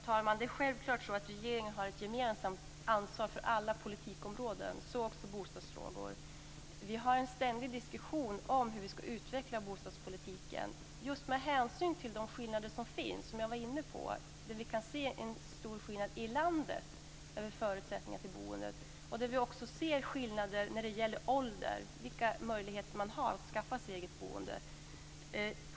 Herr talman! Självfallet har regeringen ett gemensamt ansvar för alla politikområden, också för bostadsfrågor. Vi för en ständig diskussion om hur vi ska utveckla bostadspolitiken just med hänsyn till de skillnader som finns. Vi kan se en stor skillnad över landet när det gäller förutsättningar för boendet. Det finns också skillnader i ålder och vilka möjligheter man har att skaffa sig ett eget boende.